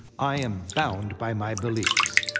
i am bound by my beliefs.